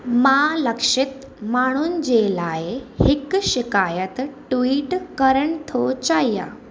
मां लक्षित माण्हुनि जे लाइ हिकु शिकाइत ट्वीट करणु थो चाहियां